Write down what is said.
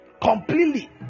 completely